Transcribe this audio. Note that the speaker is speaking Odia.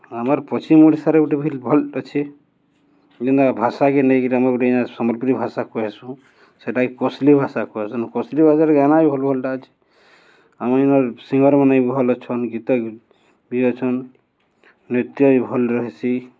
ଆମର୍ ପଶ୍ଚିମ ଓଡ଼ିଶାରେ ଗୁଟେ ବି ଭଲ୍ ଅଛେ ଯେ ଯେନ୍ତା ଭାଷାକେ ନେଇକିରି ଆମେ ଗୁଟେ ଯେନ୍ତା ସମ୍ବଲପୁରୀ ଭାଷା କହେସୁଁ ସେଟାକେ କୋଶ୍ଲି ଭାଷା କହେସନ୍ କୋଶ୍ଲି ଭାଷାର ଗାନା ବି ଭଲ୍ ଭଲ୍ଟା ଅଛେ ଆମେ ଇନର୍ ସିଙ୍ଗର୍ମାନେ ବି ଭଲ୍ ଅଛନ୍ ଗୀତ୍ ବି ଅଛନ୍ ନୃତ୍ୟ ବି ଭଲ୍ ରହେସି